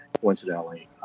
coincidentally